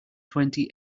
twenty